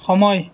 সময়